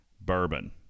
bourbon